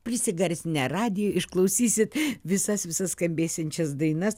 prisigarsinę radijo išklausysit visas visas skambėsiančias dainas